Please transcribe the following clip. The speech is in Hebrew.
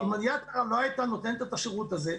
אם יד שרה לא הייתה נותנת את השרות הזה,